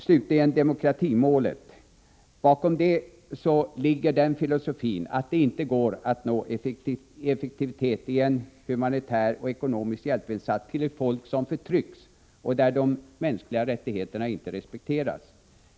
Bakom demokratimålet, slutligen, ligger den filosofin att det inte går att nå effektivitet i en humanitär och ekonomisk hjälpinsats till ett folk som förtrycks och där de mänskliga rättigheterna inte respekteras.